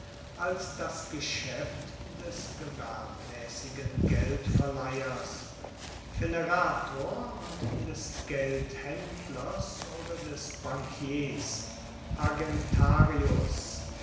als das geschaeft des gewerbmaessigen geldverleihers fenerator und des geldhaendlers oder des bankiers